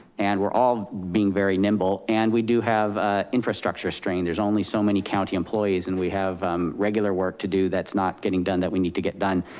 and we're all being very nimble. and we do have a infrastructure strain. there's only so many county employees and we have um regular work to do that's not getting done that we need to get done.